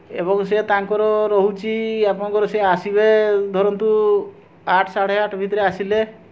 ଏବଂ ସେ ତାଙ୍କର ରହୁଛି ଆପଣଙ୍କର ସେ ଆସିବେ ଧରନ୍ତୁ ଆଠ ସାଢ଼େ ଆଠ ଭିତରେ ଆସିଲେ